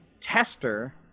tester